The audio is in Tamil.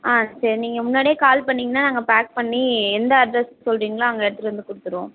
ஆ சரி நீங்கள் முன்னாடியே கால் பண்ணிங்கன்னால் நாங்கள் பேக் பண்ணி எந்த அட்ரஸ் சொல்கிறிங்களோ அங்கே எடுத்துட்டு வந்து கொடுத்துடுவோம்